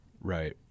Right